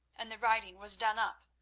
and the writing was done up,